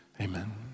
Amen